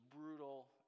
brutal